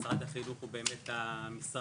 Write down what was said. משרד החינוך מעסיק